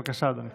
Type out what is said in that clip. בבקשה, אדוני.